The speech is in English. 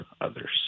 others